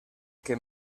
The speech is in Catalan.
que